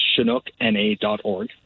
chinookna.org